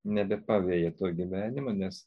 nebepaveja to gyvenimo nes